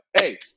Hey